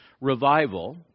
revival